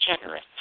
generous